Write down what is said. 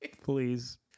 Please